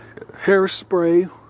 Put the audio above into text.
Hairspray